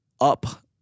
up